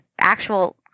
actual